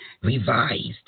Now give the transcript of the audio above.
revised